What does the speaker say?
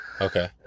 Okay